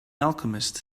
alchemist